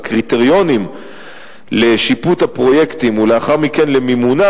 והקריטריונים לשיפוט הפרויקטים ולאחר מכן למימונם